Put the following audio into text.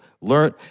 learn